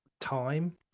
time